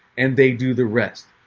and they do the rest.